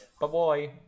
bye-bye